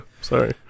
Sorry